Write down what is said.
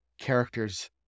characters